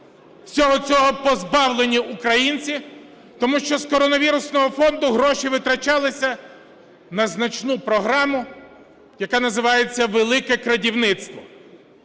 всього цього позбавлені українці, тому що з коронавірусного фонду гроші витрачалися на значну програму, яка називається "Велике "крадівництво",